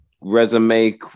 resume